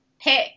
pick